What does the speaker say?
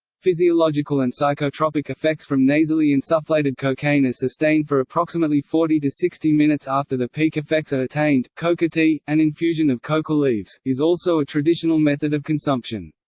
physiological and psychotropic effects from nasally insufflated cocaine are sustained for approximately forty sixty minutes after the peak effects are attained coca tea, an infusion of coca leaves, is also a traditional method of consumption.